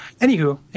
Anywho